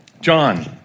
John